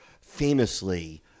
famously